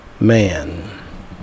man